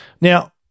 Now